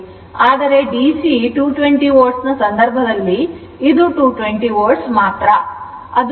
ಆದರೆ DC 220 volt ನ ಸಂದರ್ಭದಲ್ಲಿ ಇದು 220 volt ಮಾತ್ರ